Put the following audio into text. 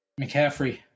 McCaffrey